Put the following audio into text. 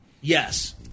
Yes